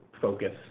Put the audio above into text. focus